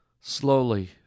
Slowly